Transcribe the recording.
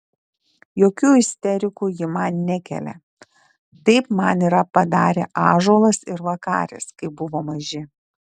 jokių isterikų ji man nekelia taip man yra padarę ąžuolas ir vakaris kai buvo maži